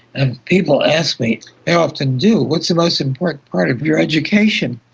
and people ask me, they often do, what is the most important part of your education?